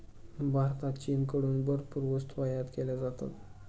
भारतात चीनकडून भरपूर वस्तू आयात केल्या जातात